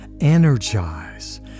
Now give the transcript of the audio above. energize